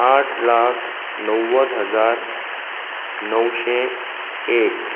आठ लाख णव्वद हजार णवशे एक